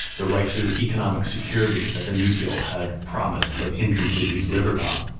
the right to economic security that the new deal had promised but incompletely delivered on.